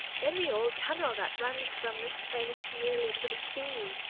in the old tunnel that runs from this place nearly to the sea,